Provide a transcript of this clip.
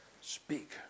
Speak